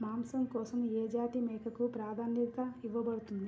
మాంసం కోసం ఏ జాతి మేకకు ప్రాధాన్యత ఇవ్వబడుతుంది?